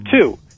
two